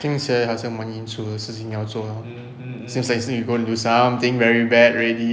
听起来很像蛮严重的事情要做 seems like 你是你 going into something very bad already